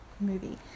movie